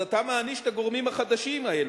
אז אתה מעניש את הגורמים החדשים האלה.